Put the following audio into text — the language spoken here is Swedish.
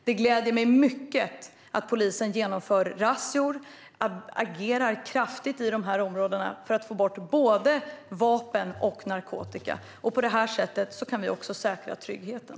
Det gläder mig mycket att polisen genomför razzior och agerar kraftigt i de här områdena för att få bort både vapen och narkotika. På det här sättet kan vi säkra tryggheten.